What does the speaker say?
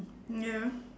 ya